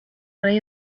rey